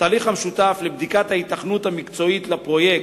התהליך המשותף לבדיקת ההיתכנות המקצועית של הפרויקט,